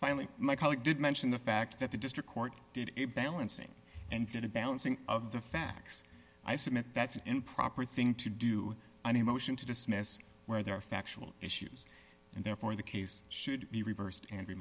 finally my colleague did mention the fact that the district court did a balancing and did a balancing of the facts i submit that's an improper thing to do on a motion to dismiss where there are factual issues and therefore the case should be reversed and re